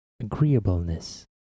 Agreeableness